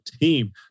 team